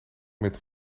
met